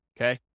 okay